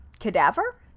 cadaver